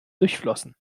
durchflossen